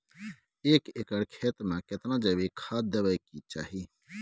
एक एकर खेत मे केतना जैविक खाद देबै के चाही?